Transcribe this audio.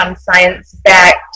science-backed